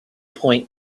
point